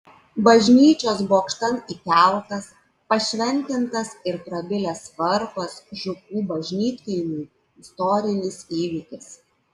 bažnyčios bokštan įkeltas pašventintas ir prabilęs varpas žukų bažnytkaimiui istorinis įvykis